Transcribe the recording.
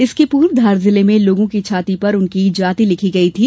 इसके पूर्व धार जिले में लोगों की छाती पर उनकी जाति लिखी गई थी